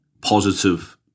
positive